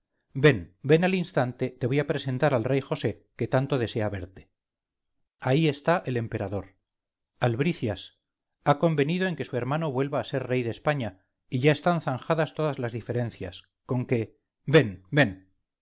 ven ven al instante te voy a presentar al rey josé que tanto desea verte ahí está el emperador albricias ha convenido en que su hermano vuelva a ser rey de españa y ya están zanjadas todas las diferencias conque ven ven